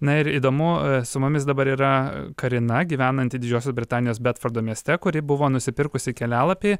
na ir įdomu su mumis dabar yra karina gyvenanti didžiosios britanijos bedfordo mieste kuri buvo nusipirkusi kelialapį